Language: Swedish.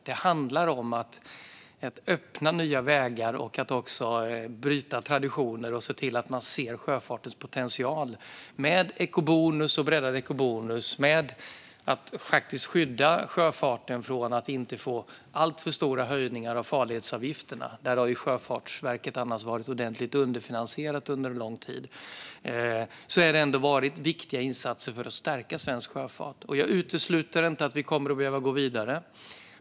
Det handlar om att öppna nya vägar och också bryta traditioner och se sjöfartens potential, till exempel genom ekobonus och breddad ekobonus och genom att skydda sjöfarten från alltför stora höjningar av farledsavgifterna. Där har Sjöfartsverket annars varit ordentligt underfinansierat under lång tid. Detta har varit viktiga insatser för att stärka svensk sjöfart. Jag utesluter inte att vi kommer att behöva gå vidare.